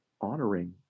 Honoring